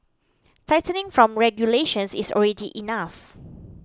tightening from regulations is already enough